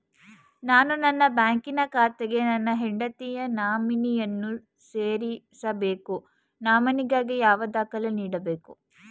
ನಾನು ನನ್ನ ಬ್ಯಾಂಕಿನ ಖಾತೆಗೆ ನನ್ನ ಹೆಂಡತಿಯ ನಾಮಿನಿಯನ್ನು ಸೇರಿಸಬೇಕು ನಾಮಿನಿಗಾಗಿ ಯಾವ ದಾಖಲೆ ನೀಡಬೇಕು?